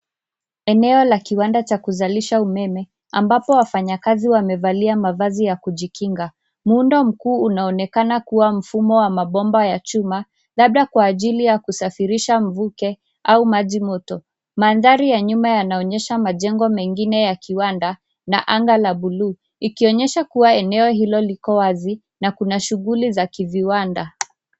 Eneo la kiwanda la kuzalisha umeme ambapo wafanyikazi wamevalia mavazi ya kujikinga. Muundo mkuu unaonekana kuwa mfumo wa mabomba ya chuma, labda kwa ajili ya kusafirisha mvuke au majimoto. Mandhari ya nyuma yanaonyesha majengo mengine ya kiwanda na anga la buluu, ikionyesha kuwa eneo hilo liko wazi na kuna shuguli za kiviwanda.